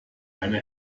eine